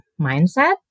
mindset